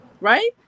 right